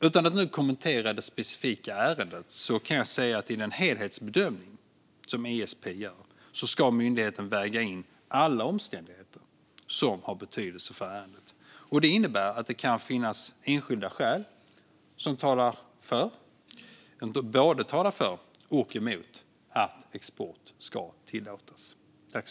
Utan att kommentera det specifika ärendet kan jag säga att ISP i den helhetsbedömning myndigheten gör ska väga in alla omständigheter som har betydelse för ärendet. Det innebär att det kan finnas enskilda skäl som talar både för och emot att export ska tillåtas.